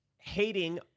hating